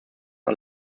are